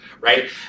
right